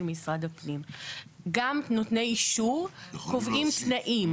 משרד הפנים גם נותני אישור קובעים תנאים,